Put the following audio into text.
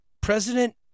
President